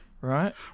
right